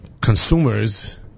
consumers